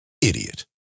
idiot